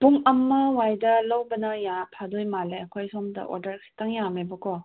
ꯄꯨꯡ ꯑꯃ ꯋꯥꯏꯗ ꯂꯧꯕꯅ ꯐꯥꯗꯣꯏ ꯃꯥꯜꯂꯦ ꯑꯩꯈꯣꯏ ꯁꯣꯝꯗ ꯑꯣꯔꯗꯔ ꯈꯤꯇꯪ ꯌꯥꯝꯃꯦꯕꯀꯣ